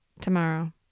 Tomorrow